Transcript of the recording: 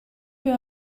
für